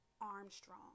Armstrong